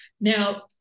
Now